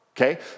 okay